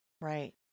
Right